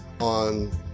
on